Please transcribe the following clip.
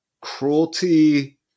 cruelty